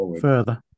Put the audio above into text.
further